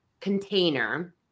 container